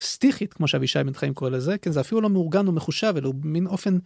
סטיחית כמו שאבישי בן חיים קורא לזה כן? זה אפילו לא מאורגן ומחושב אלו במין אופן